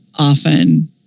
often